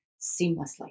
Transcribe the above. seamlessly